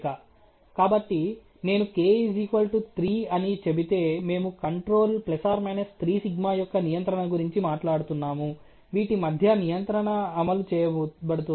కాబట్టి నేను k 3 అని చెబితే మేము కంట్రోల్ ± 3σ యొక్క నియంత్రణ గురించి మాట్లాడుతున్నాము వీటి మధ్య నియంత్రణ అమలు చేయబడుతోంది